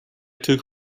took